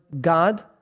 God